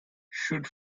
should